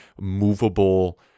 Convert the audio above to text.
movable